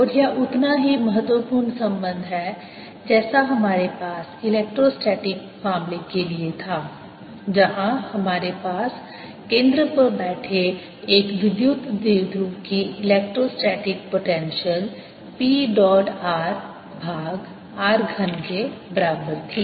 और यह उतना ही महत्वपूर्ण संबंध है जैसा हमारे पास इलेक्ट्रोस्टैटिक मामले के लिए था जहां हमारे पास केंद्र पर बैठे एक विद्युत द्विध्रुव की electrostatic potential P dot r भाग r घन के बराबर थी